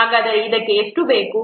ಹಾಗಾದರೆ ಇದಕ್ಕೆ ಎಷ್ಟು ಬೇಕು